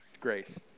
grace